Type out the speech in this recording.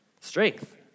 Strength